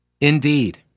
Indeed